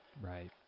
Right